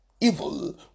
evil